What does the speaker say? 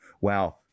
wow